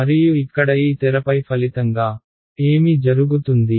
మరియు ఇక్కడ ఈ తెరపై ఫలితంగా ఏమి జరుగుతుంది